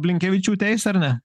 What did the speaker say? blinkevičiūtė eis ar ne